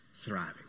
thriving